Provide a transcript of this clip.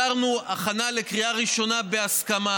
הצהרנו: הכנה לקריאה ראשונה בהסכמה,